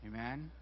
Amen